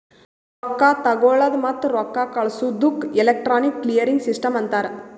ರೊಕ್ಕಾ ತಗೊಳದ್ ಮತ್ತ ರೊಕ್ಕಾ ಕಳ್ಸದುಕ್ ಎಲೆಕ್ಟ್ರಾನಿಕ್ ಕ್ಲಿಯರಿಂಗ್ ಸಿಸ್ಟಮ್ ಅಂತಾರ್